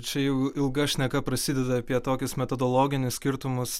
čia jau ilga šneka prasideda apie tokius metodologinius skirtumus